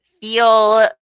feel